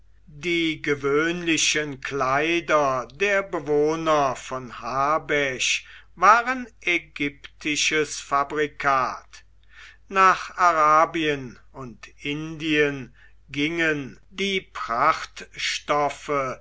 die gewöhnlichen kleider der bewohner von habesch waren ägyptisches fabrikat nach arabien und indien gingen die